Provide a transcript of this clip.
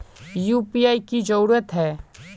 UPI की जरूरी है?